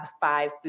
five